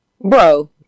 bro